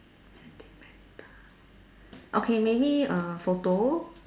sentimental okay maybe err photos